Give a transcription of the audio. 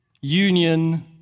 union